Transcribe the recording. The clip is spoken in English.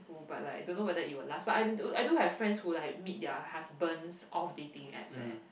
who but like don't know it will last but I do I do have friends who like meet their husbands